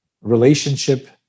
relationship